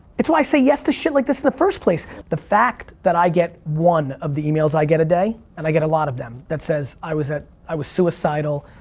it's why i say yes to shit like this in the first place. the fact that i get one of the emails i get a day and i get a lot of them that says, i was ah i was suicidal,